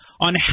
on